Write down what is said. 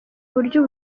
buryo